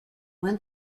went